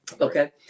Okay